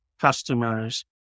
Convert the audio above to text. customers